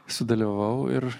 sudalyvavau ir